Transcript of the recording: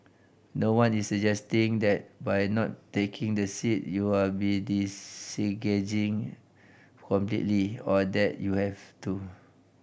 no one is suggesting that by not taking the seat you are be disengaging completely or that you have to